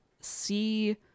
see